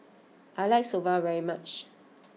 I like Soba very much